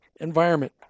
environment